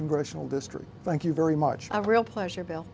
congressional district thank you very much a real pleasure bill